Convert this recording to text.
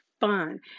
fun